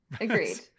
Agreed